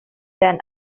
than